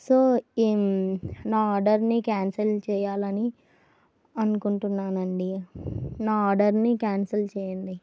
so ఏ నా ఆర్డర్ని క్యాన్సెల్ చెయ్యాలని అనుకుంటున్నానండి నా ఆర్డర్ని క్యాన్సెల్ చెయ్యండి